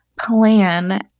plan